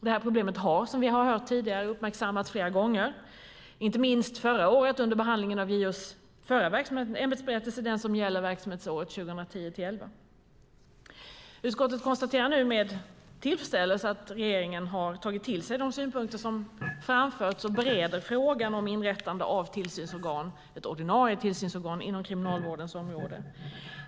Det här problemet har, som vi har hört tidigare, uppmärksammats flera gånger, inte minst förra året under behandlingen av JO:s förra ämbetsberättelse som gäller verksamhetsåret 2010-2011. Utskottet konstaterar nu med tillfredsställelse att regeringen har tagit till sig de synpunkter som framförts och bereder frågan om inrättande av ett ordinarie tillsynsorgan inom kriminalvårdens område.